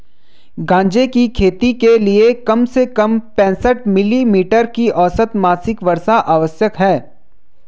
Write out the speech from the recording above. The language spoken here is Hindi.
गांजे की खेती के लिए कम से कम पैंसठ मिली मीटर की औसत मासिक वर्षा आवश्यक है